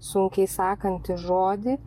sunkiai sakantį žodį